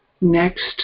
Next